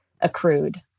accrued